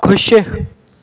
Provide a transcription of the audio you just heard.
खु़शि